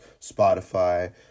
Spotify